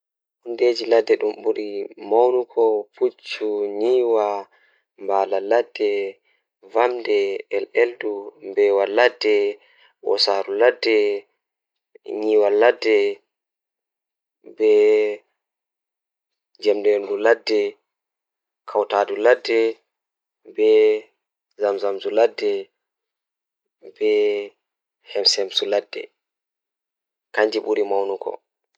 Ekitaago ɗemle ɗuɗɗum belɗum nden welnde masin Ko sabu ngal, warti ɓe heɓata moƴƴi e laawol e soodun nder ɗam, hokkataa e fowru e tawti laawol, jeyaaɓe e waɗtude caɗeele. Ko tawa warti ɓe heɓata moƴƴi e maɓɓe e laawol ngal tawa kuutorde kafooje ɓe, yaafa ɓe njogi saɗde e heɓuɓe. Warti wondi kaɓɓe njahi loowaaji ngam jooɗuɓe ɗe waawataa e waɗtuɗe ko wi'a e waɗtude.